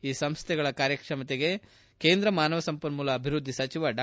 ಈ ಸಂಸ್ಥೆಗಳ ಕಾರ್ಯಕ್ಷಮತೆಗೆ ಮಾನವ ಸಂಪನ್ಮೂಲ ಅಭಿವೃದ್ಧಿ ಸಚಿವ ಡಾ